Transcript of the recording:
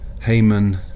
Haman